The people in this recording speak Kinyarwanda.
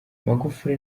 magufuli